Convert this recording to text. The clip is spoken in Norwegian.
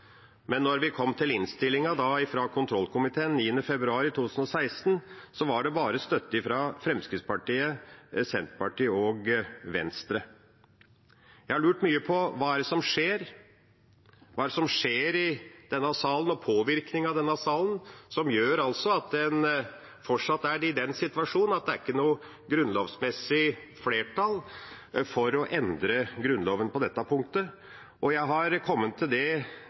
men da vi kom til innstillinga fra kontrollkomiteen 9. februar 2016, var det bare støtte fra Fremskrittspartiet, Senterpartiet og Venstre. Jeg har lurt mye på hva som skjer i denne salen og med påvirkningen i denne salen som gjør at en fortsatt er i en situasjon hvor det ikke er grunnlovsmessig flertall for å endre Grunnloven på dette punktet. Jeg har kommet til det